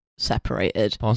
separated